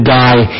die